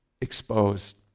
Exposed